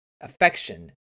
affection